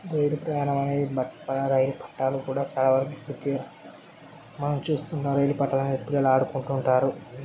దూర ప్రయాణమనేది మరుపురానిది రైలు పట్టాలు కూడా చాలా వరకు ప్రత్యేక మనం చూస్తున్నాం రైలు పట్టాల మీద పిల్లలు ఆడుకుంటూంటారు